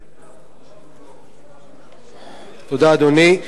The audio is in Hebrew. תודה, אדוני.